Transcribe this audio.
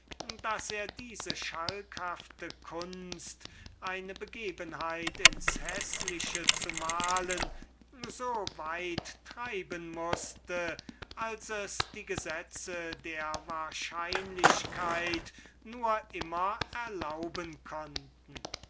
daß er diese schalkhafte kunst eine begebenheit ins häßliche zu malen so weit treiben mußte als es die gesetze der wahrscheinlichkeit nur immer erlauben konnten